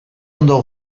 ondo